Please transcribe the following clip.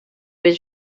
his